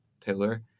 Taylor